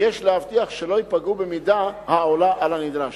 ויש להבטיח שלא ייפגעו במידה העולה על הנדרש.